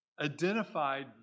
identified